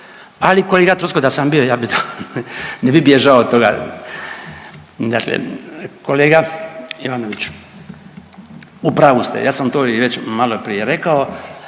ali kolega Troskot da sam bio ja bi to, ne bi bježao od toga. Dakle, kolega Ivanoviću u pravu ste, ja sam to i već maloprije rekao,